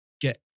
get